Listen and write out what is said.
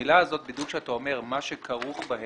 המילים 'מה שכרוך בהם',